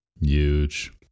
Huge